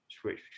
switch